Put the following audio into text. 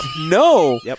No